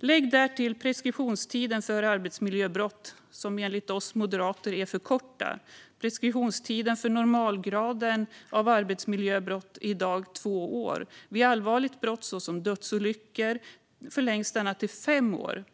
Lägg därtill preskriptionstiderna för arbetsmiljöbrott, som enligt oss moderater är för korta. Preskriptionstiden för arbetsmiljöbrott av normalgraden är i dag två år. Vid allvarligt brott som dödsolyckor förlängs den till fem år.